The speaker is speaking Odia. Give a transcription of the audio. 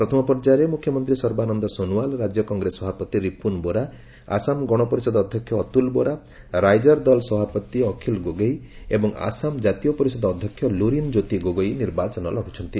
ପ୍ରଥମ ପର୍ଯ୍ୟାୟରେ ମୁଖ୍ୟମନ୍ତ୍ରୀ ସର୍ବାନନ୍ଦ ସୋନୱାଲ ରାଜ୍ୟ କଂଗ୍ରେସ ସଭାପତି ରିପୁନ ବୋରା ଆସାମ ଗଣପରିଷଦ ଅଧ୍ୟକ୍ଷ ଅତ୍କଲ ବୋରା ରାଇଜର ଦଲ୍ ସଭାପତି ଅଖିଳ ଗୋଗୋଇ ଏବଂ ଆସାମ ଜାତୀୟ ପରିଷଦ ଅଧ୍ୟକ୍ଷ ଲୁରିନ୍ ଜ୍ୟୋତି ଗୋଗୋଇ ନିର୍ବାଚନ ଲଢୁଛନ୍ତି